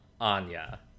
Anya